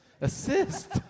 assist